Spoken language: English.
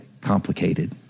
complicated